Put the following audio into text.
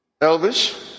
Elvis